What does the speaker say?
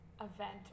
event